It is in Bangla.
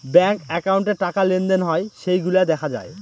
ব্যাঙ্ক একাউন্টে টাকা লেনদেন হয় সেইগুলা দেখা যায়